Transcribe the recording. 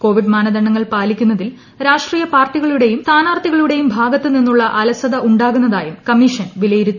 Covid മാനദണ്ഡങ്ങൾ പാലിക്കുന്നതിരുട്ടി പ്രാഷ്ട്രീയ പാർട്ടികളുടെയും സ്ഥാനാർത്ഥികളുടെയും ഭാഗത്ത്രുനിന്നുള്ള അലസത ഉണ്ടാകുന്നതായും കമ്മീഷൻ വിലയിരുത്തി